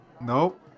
Nope